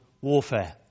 warfare